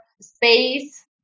space